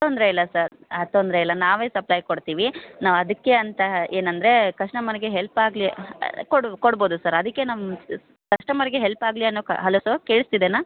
ತೊಂದರೆ ಇಲ್ಲ ಸರ್ ಹಾಂ ತೊಂದರೆ ಇಲ್ಲ ನಾವೇ ಸಪ್ಲೈ ಕೊಡ್ತೀವಿ ನಾವು ಅದಕ್ಕೆ ಅಂತ ಏನಂದರೆ ಕಸ್ಟಮರ್ಗೆ ಹೆಲ್ಪ್ ಆಗಲಿ ಕೊಡ್ ಕೊಡ್ಬೋದು ಸರ್ ಅದಕ್ಕೆ ನಮ್ಮ ಕಸ್ಟಮರ್ಗೆ ಹೆಲ್ಪ್ ಆಗಲಿ ಅನ್ನೋ ಕಾ ಹಲೋ ಸರ್ ಕೇಳಿಸ್ತಿದೆಯಾ